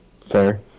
Fair